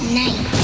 night